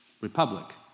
republic